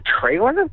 trailer